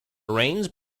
rains